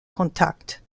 contacte